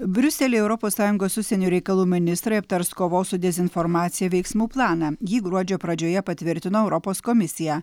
briusely europos sąjungos užsienio reikalų ministrai aptars kovos su dezinformacija veiksmų planą jį gruodžio pradžioje patvirtino europos komisija